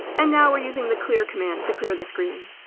and now we're using the clear command to clear the screen.